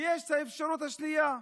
ויש את האפשרות השנייה: